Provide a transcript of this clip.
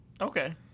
Okay